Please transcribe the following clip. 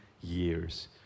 years